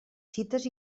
cites